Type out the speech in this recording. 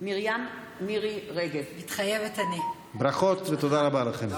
מרים מירי רגב, מתחייבת אני ברכות ותודה רבה לכם.